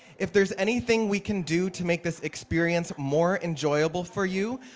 if there's anything we can do to make this experience more enjoyable for you,